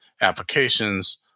applications